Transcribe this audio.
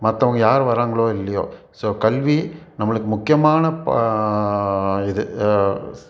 மற்றவங்க யாரும் வராங்களோ இல்லையோ ஸோ கல்வி நம்மளுக்கு முக்கியமான பா இது